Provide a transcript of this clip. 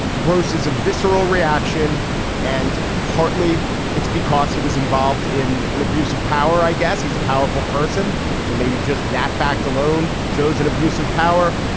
gross is a visceral reaction and partly it's because he was involved in an abuse of power i guess. he's a powerful person so maybe just that fact alone shows an abuse of power.